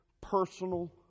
personal